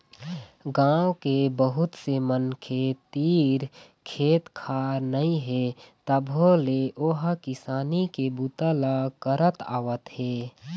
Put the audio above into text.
गाँव के बहुत से मनखे तीर खेत खार नइ हे तभो ले ओ ह किसानी के बूता करत आवत हे